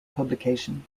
publication